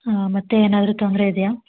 ಹ್ಞೂ ಮತ್ತು ಏನಾದರೂ ತೊಂದರೆ ಇದೆಯಾ